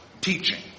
teaching